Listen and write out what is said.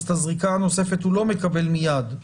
את הזריקה הנוספת הוא לא מקבל מיד.